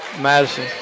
Madison